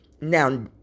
Now